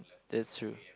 that's true